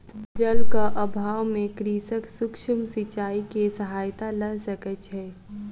जलक अभाव में कृषक सूक्ष्म सिचाई के सहायता लय सकै छै